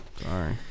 Sorry